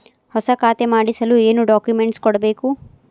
ಹೊಸ ಖಾತೆ ಮಾಡಿಸಲು ಏನು ಡಾಕುಮೆಂಟ್ಸ್ ಕೊಡಬೇಕು?